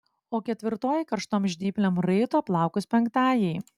o ketvirtoji karštom žnyplėm raito plaukus penktajai